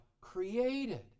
created